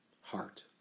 heart